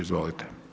Izvolite.